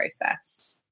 process